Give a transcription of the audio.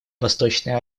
восточной